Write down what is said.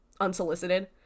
unsolicited